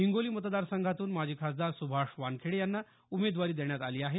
हिंगोली मतदार संघातून माजी खासदार सुभाष वानखेडे यांना उमेदवारी देण्यात आली आहे